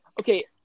okay